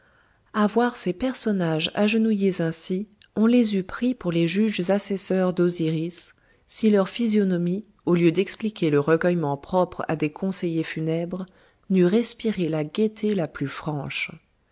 à voir ces personnages agenouillés ainsi on les eût pris pour les juges assesseurs d'osiris si leur physionomie au lieu d'exprimer le recueillement propre à des conseillers funèbres n'eût respiré la gaieté la plus franche